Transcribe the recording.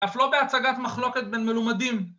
‫אף לא בהצגת מחלוקת בין מלומדים.